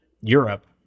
Europe